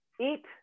eat